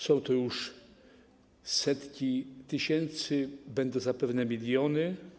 Są to już setki tysięcy, będą zapewne miliony.